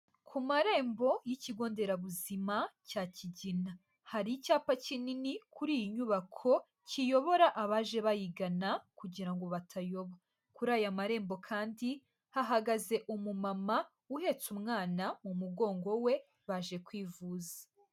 Ku marembo y'ikigo nderabuzima cya Kigina, hari icyapa kinini kuri iyi nyubako kiyobora abaje bayigana kugira ngo batayoba, kuri aya marembo kandi hahagaze umumama uhetse umwana mu mugongo we, baje kwivuza.